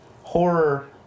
horror